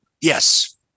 Yes